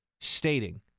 stating